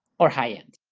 or high-end.